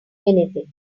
anything